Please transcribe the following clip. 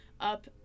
up